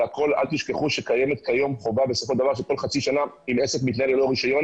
אל תשכחו שכיום קיימת חובה שכל חצי שנה אם עסק מתנהל ללא רישיון,